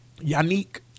Yannick